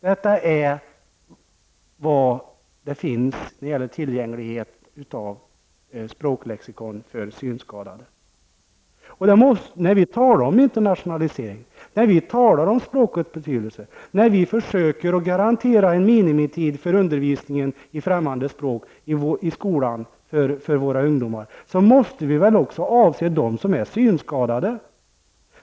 Detta är vad som finns tillgängligt av språklexikon för synskadade. När vi talar om internationalisering, språkets betydelse och när vi försöker att garantera en minimitid för undervisning i främmande språk i skolan för våra ungdomar måste vi väl också avse dem som är synskadade.